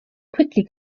quickly